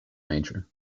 major